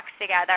together